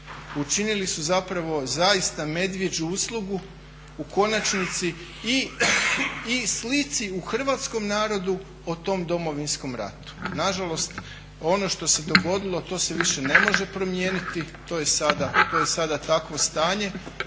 učinili su zapravo zaista medvjeđu uslugu u konačnici i slici u hrvatskom narodu o tom Domovinskom ratu. Nažalost, ono što se dogodilo to se više ne može promijeniti, to je sada takvo stanje